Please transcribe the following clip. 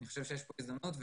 יש פה הזדמנות.